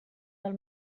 del